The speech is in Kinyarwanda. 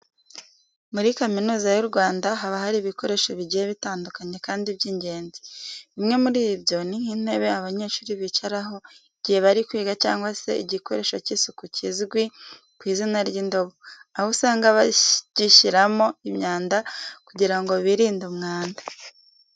Muri Kaminuza y'u Rwanda, haba hari ibikoresho bigiye bitandukanye kandi by'ingenzi. Bimwe muri byo ni nk'intebe abanyeshuri bicaraho igihe bari kwiga cyangwa se igikoresho cy'isuku kizwi ku izina ry'indobo, aho usanga bagishyiramo imyanda kugira ngo birinde umwanda.